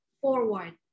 forward